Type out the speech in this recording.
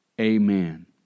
Amen